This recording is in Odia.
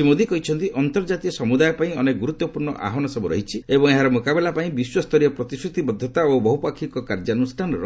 ଶ୍ରୀ ମୋଦି କହିଛନ୍ତି ଅନ୍ତର୍ଜାତୀୟ ସମୁଦାୟ ପାଇଁ ଅନେକ ଗୁରୁତ୍ୱପୂର୍ଣ୍ଣ ଆହ୍ୱାନ ସବୁ ରହିଛି ଏବଂ ଏହାର ମୁକାବିଲା ପାଇଁ ବିଶ୍ୱସରୀୟ ପ୍ରତିଶ୍ରତିବଦ୍ଧତା ଓ ବହୁପାକ୍ଷୀକ କାର୍ଯ୍ୟାନୁଷ୍ଠାନର